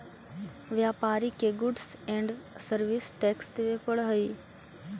व्यापारि के goods and service tax देवे पड़ऽ हई